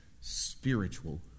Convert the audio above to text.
spiritual